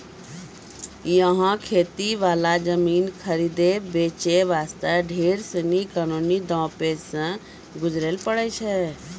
यहाँ खेती वाला जमीन खरीदै बेचे वास्ते ढेर सीनी कानूनी दांव पेंच सॅ गुजरै ल पड़ै छै